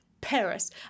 Paris